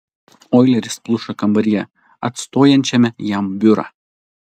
oileris pluša kambaryje atstojančiame jam biurą